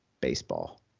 baseball